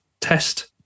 test